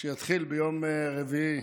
שיתחיל ביום רביעי